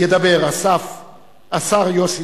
ידבר השר יוסי